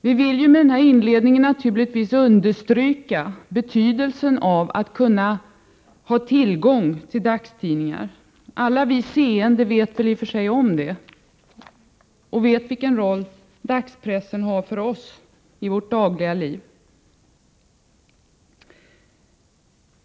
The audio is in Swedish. Vi vill med den här inledningen naturligtvis understryka betydelsen av att ha tillgång till dagstidningar. Alla vi seende vet vilken roll dagspressen har för oss i vårt dagliga liv.